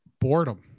boredom